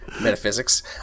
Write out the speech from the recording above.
metaphysics